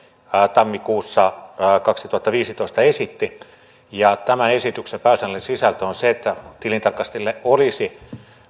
tammikuussa kaksituhattaviisitoista esitti tämän esityksen pääasiallinen sisältö on se että tilintarkastajille olisi